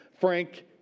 Frank